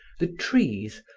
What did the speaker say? the trees,